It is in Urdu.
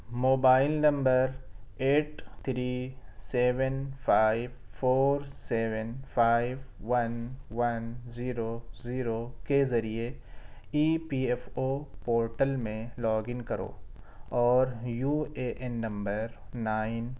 mobile number eight three seven five four seven five one one zero zero کے ذریعے E P F O portal میں لاگ ان کرو اور U A N number nine